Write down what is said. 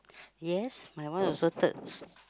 yes my one also thirds